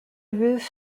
roof